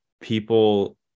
people